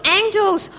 angels